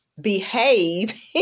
behave